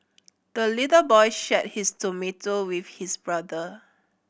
the little boy shared his tomato with his brother